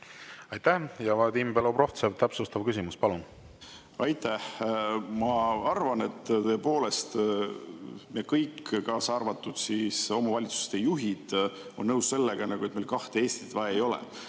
Aitäh! Vadim Belobrovtsev, täpsustav küsimus, palun! Aitäh! Ma arvan, et tõepoolest me kõik, kaasa arvatud omavalitsuste juhid, oleme nõus sellega, et meil kahte Eestit vaja ei ole.